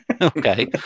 Okay